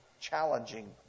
challenging